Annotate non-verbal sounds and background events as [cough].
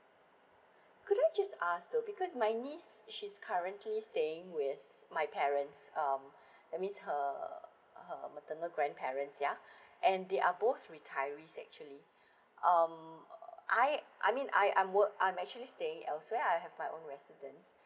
[breath] could I just ask though because my niece she's currently staying with my parents um [breath] that means her her maternal grandparents yeah [breath] and they are both retirees actually [breath] um I I mean I I'm work I'm actually staying elsewhere I have my own residence